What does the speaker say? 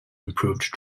improved